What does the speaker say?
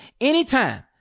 anytime